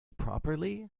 properly